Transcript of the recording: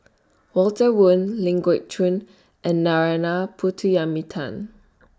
Walter Woon Ling Geok Choon and Narana